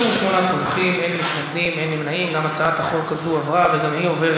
ההצעה להעביר